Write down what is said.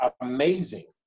Amazing